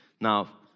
now